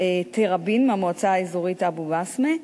תראבין מהמועצה האזורית אבו-בסמה,